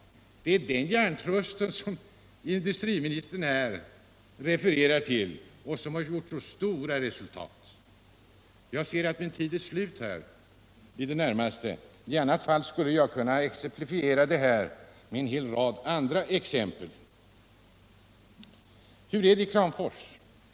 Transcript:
Det är den hjärntrusten som industriministern här refererar till och som har nått så goda resultat! Jag ser att min tid är i det närmaste slut. I annat fall skulle jag kunna ge en hel rad andra exempel. Hur är det i Kramfors?